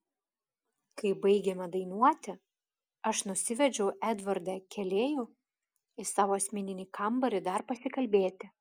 kai baigėme dainuoti aš nusivedžiau edvardą kėlėjų į savo asmeninį kambarį dar pasikalbėti